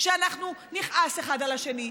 שאנחנו נכעס אחד על השני,